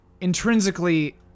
intrinsically